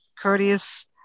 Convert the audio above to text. courteous